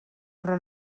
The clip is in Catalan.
però